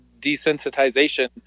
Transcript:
desensitization